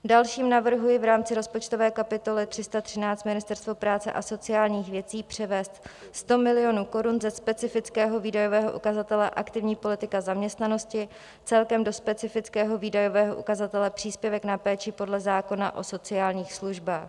Další navrhuji v rámci rozpočtové kapitoly 313 Ministerstvo práce a sociálních věcí převést 100 milionů korun ze specifického výdajového ukazatele Aktivní politika zaměstnanosti celkem do specifického výdajového ukazatele Příspěvek na péči podle zákona o sociálních službách.